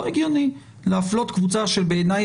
זה לא הגיוני להפלות קבוצה שבעיניי